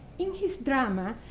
in his drama,